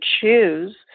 choose